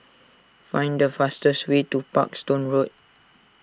find the fastest way to Parkstone Road